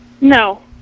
No